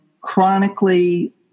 chronically